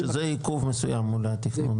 שזה עיכוב מסוים מול התכנון